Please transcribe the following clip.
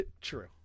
True